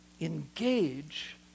engage